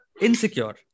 insecure